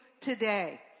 today